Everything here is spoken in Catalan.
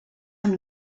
amb